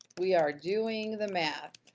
we are doing the math.